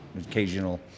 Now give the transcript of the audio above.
occasional